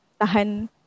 tahan